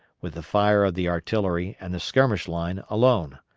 with the fire of the artillery and the skirmish line alone.